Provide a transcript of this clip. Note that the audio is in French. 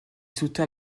soutint